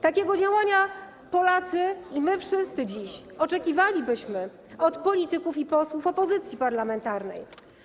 Takiego działania Polacy i my wszyscy dziś oczekiwalibyśmy od polityków i posłów opozycji parlamentarnej.